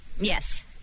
Yes